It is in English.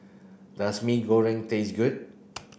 does Mee Goreng taste good